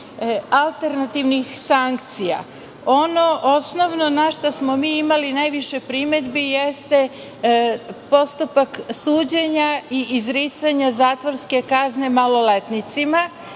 alternativnih sankcija. Ono osnovno na šta smo mi imali najviše primedbi jeste postupak suđenja i izricanja zatvorske kazne maloletnicima.